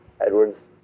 Edwards